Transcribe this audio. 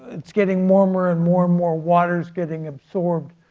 it's getting warmer and more and more water is getting absorbed,